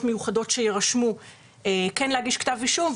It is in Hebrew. מיוחדות שיירשמו כן להגיש כתב אישום,